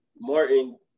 Martin